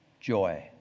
joy